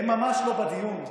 הם ממש לא בדיון,